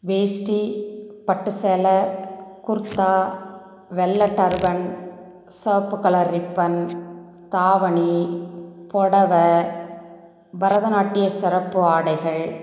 வேஷ்டி பட்டுசேலை குர்த்தா வெள்ளை டர்பன் சிவப்பு கலர் ரிப்பன் தாவணி பொடவை பரதநாட்டிய சிறப்பு ஆடைகள்